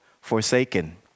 forsaken